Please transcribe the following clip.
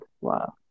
Wow